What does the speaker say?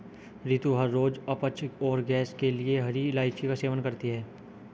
रितु हर रोज अपच और गैस के लिए हरी इलायची का सेवन करती है